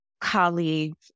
colleagues